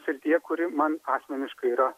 srityje kuri man asmeniškai yra